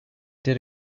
did